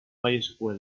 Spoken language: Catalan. mysql